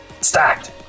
stacked